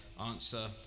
answer